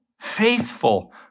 faithful